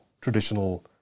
traditional